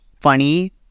funny